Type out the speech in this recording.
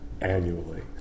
annually